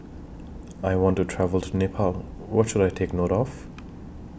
I want to travel to Nepal What should I Take note of